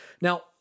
Now